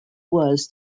was